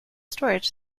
storage